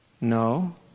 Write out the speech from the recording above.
No